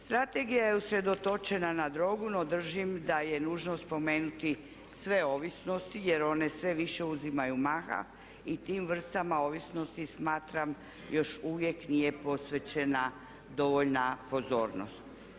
Strategija je usredotočena na drogu no držim da je nužno spomenuti sve ovisnosti jer one sve više uzimaju maha i tim vrstama ovisnosti smatram još uvijek nije posvećena dovoljna pozornost.